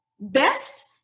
best